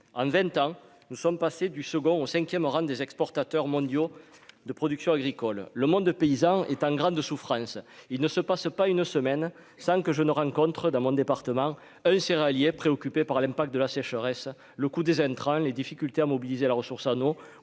en 20 ans, nous sommes passés du second 5ème O-RAN des exportateurs mondiaux de production agricole Le monde de paysans est en grande souffrance, il ne se passe pas une semaine sans que je ne rencontre dans mon département céréalier préoccupé par l'impact de la sécheresse, le coût des intrants les difficultés à mobiliser la ressource eau